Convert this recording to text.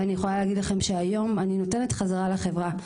ואני יכולה להגיד לכם שהיום אני נותנת חזרה לחברה,